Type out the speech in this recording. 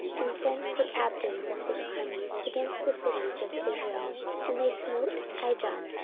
and sent the captains of his armies against the cities of israel and they smote ijon,